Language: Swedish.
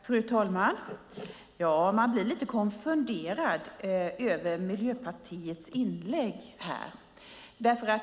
Fru talman! Man blir lite konfunderad över Miljöpartiets inlägg här.